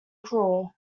crawl